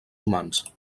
humans